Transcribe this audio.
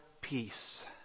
peace